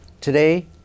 Today